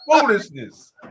Foolishness